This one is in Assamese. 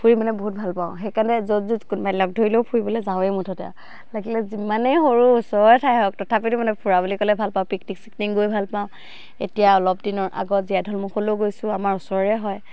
ফুৰি মানে বহুত ভাল পাওঁ সেইকাৰণে য'ত কোনোবাই লগ ধৰিলেও ফুৰিবলৈ যাওঁৱেই মুঠতে লাগিলে যিমানেই সৰু ওচৰৰ ঠাই হওক তথাপিতো মানে ফুৰা বুলি ক'লে ভাল পাওঁ পিকনিক চিকনিক গৈ ভাল পাওঁ এতিয়া অলপ দিনৰ আগত জীয়াঢল মুখলৈও গৈছোঁ আমাৰ ওচৰৰে হয়